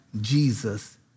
Jesus